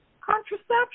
contraception